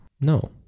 No